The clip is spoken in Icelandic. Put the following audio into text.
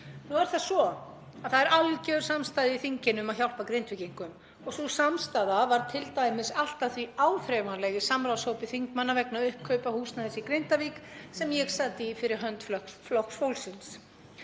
Nú er það svo að það er algjör samstaða í þinginu um að hjálpa Grindvíkingum og sú samstaða varð t.d. allt að því áþreifanleg í samráðshópi þingmanna vegna uppkaupa húsnæðis í Grindavík sem ég sat í fyrir hönd Flokks fólksins.